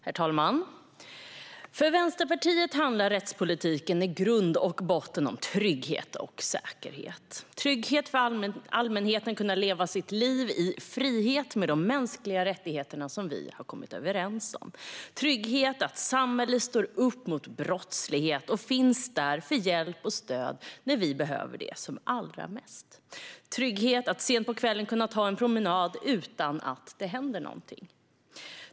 Herr talman! För Vänsterpartiet handlar rättspolitiken i grund och botten om trygghet och säkerhet - trygghet för allmänheten att kunna leva sitt liv i frihet med de mänskliga rättigheter som vi har kommit överens om, trygghet i att samhället står upp mot brottslighet och finns där för hjälp och stöd när vi behöver det som allra mest, trygghet att sent på kvällen kunna ta en promenad utan att det händer någonting.